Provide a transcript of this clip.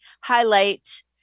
highlight